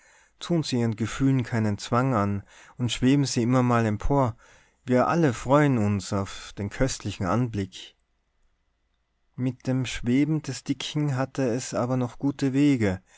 tun sie ihren gefühlen keinen zwang an und schweben sie immer mal empor wir alle freuen uns auf den köstlichen anblick mit dem schweben des dicken hatte es aber noch gute wege